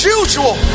usual